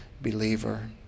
believer